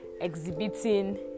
exhibiting